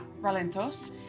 Ralentos